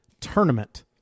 tournament